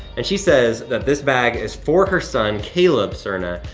and she says that this bag is for her son, caleb serna,